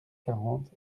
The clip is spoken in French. quarante